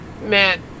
man